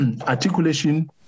articulation